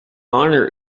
honor